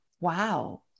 wow